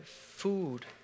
food